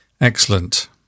Excellent